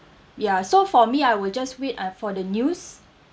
ya so for me I will just wait uh for the news